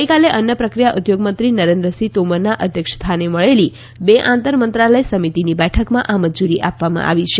ગઈકાલે અન્ન પ્રક્રિયા ઉદ્યોગ મંત્રી નરેન્દ્રસિંહ તોમરના અધ્યક્ષસ્થાને મળેલી બે આંતર મંત્રાલય સમિતિની બેઠકમાં આ મંજૂરી આપવામાં આવી હતી